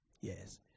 Yes